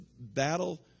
battle